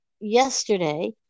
yesterday